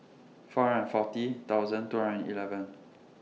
four hundred and forty thousand two hundred and eleven